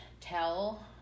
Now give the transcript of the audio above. tell